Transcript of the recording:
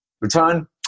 Return